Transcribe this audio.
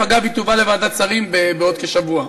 אגב, היא תובא לוועדת שרים בעוד כשבוע,